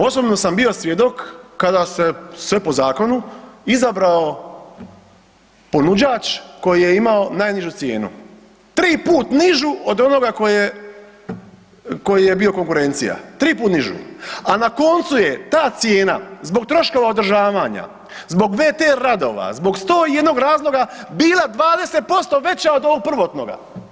Osobno sam bio svjedok kada se sve po zakinu, izabrao ponuđač koji je imao najnižu cijenu, triput nižu od onoga koji je bio konkurencija, triput nižu a na koncu je ta cijena zbog troškova održavanja, zbog VT radova, zbog 101 razloga bila 20% veća od ovog prvotnoga.